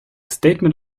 statement